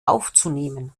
aufzunehmen